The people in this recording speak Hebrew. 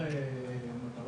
היטל